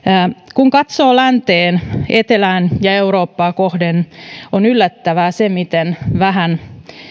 kun katsoo länteen etelään ja eurooppaa kohden on yllättävää se miten vähän